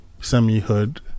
Semi-hood